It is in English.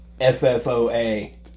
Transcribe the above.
F-F-O-A